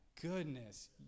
goodness